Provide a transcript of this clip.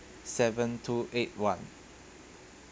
seven two eight one